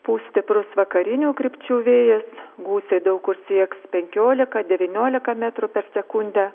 pūs stiprus vakarinių krypčių vėjas gūsiai daug kur sieks penkiolika devyniolika metrų per sekundę